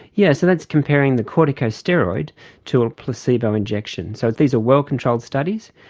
yes, so that's comparing the corticosteroid to a placebo injection. so these are well-controlled studies,